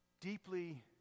deeply